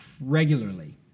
regularly